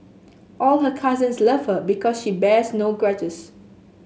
all her cousins love her because she bears no grudges